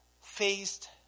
faced